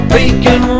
Bacon